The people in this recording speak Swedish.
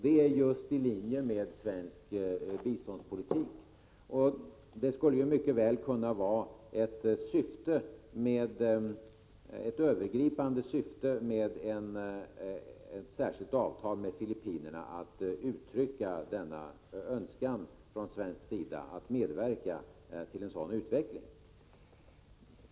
Det ligger i linje med svensk biståndspolitik. Det skulle mycket väl kunna vara ett övergripande syfte med ett särskilt avtal med Filippinerna, att uttrycka denna önskan från svensk sida att medverka till en sådan utveckling.